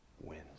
wins